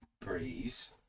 Breeze